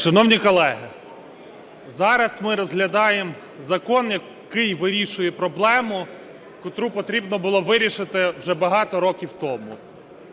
Шановні колеги, зараз ми розглядаємо закон, який вирішує проблему, котру потрібно було вирішити вже багато років тому.